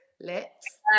lips